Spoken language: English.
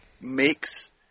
makes